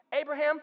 Abraham